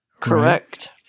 Correct